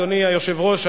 אדוני היושב-ראש,